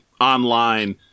online